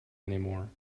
anymore